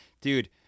dude